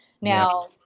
Now-